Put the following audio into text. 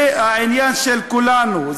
זה העניין של כולנו,